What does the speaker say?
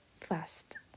fast